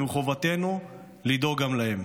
ומחובתנו לדאוג גם להם.